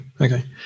Okay